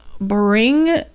bring